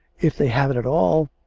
if they have it at all,